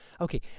Okay